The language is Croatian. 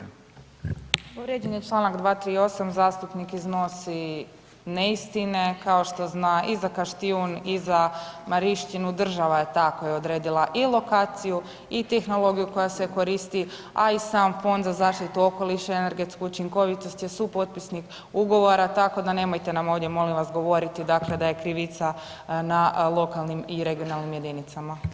Povrijeđen je Članak 238. zastupnik iznosi neistine kao što zna i za Kaštijun i za Marišćinu država je ta koja je odredila i lokaciju i tehnologiju koja se koristi, a i sam Fond za zaštitu okoliša i energetsku učinkovitost je supotpisnik ugovora tako da nemojte nam ovdje molim vas govoriti dakle da je krivica na lokalnim i regionalnim jedinicama.